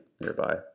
nearby